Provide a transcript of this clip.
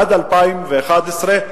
עד 2011,